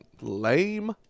Lame